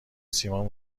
سیمان